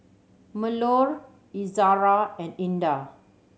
Melur Izara and Indah